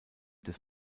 des